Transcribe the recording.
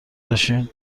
بشین